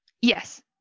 Yes